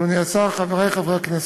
אדוני השר, חברי חברי הכנסת,